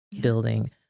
building